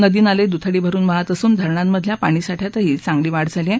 नदी नाले दुथडी भरुन वाहत असून धरणांमधल्या पाणीसाठ्यातही वाढ झाली आहे